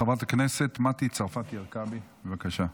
חברת הכנסת מטי צרפתי הרכבי, בבקשה.